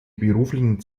beruflichen